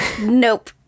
nope